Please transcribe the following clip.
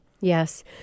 Yes